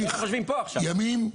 ימים?